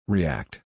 React